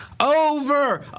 Over